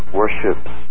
worships